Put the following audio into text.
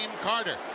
Carter